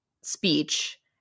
speech